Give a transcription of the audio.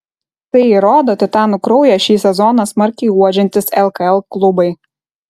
tai įrodo titanų kraują šį sezoną smarkiai uodžiantys lkl klubai